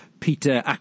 Peter